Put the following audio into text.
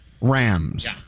Rams